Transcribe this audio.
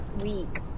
week